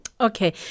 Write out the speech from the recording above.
Okay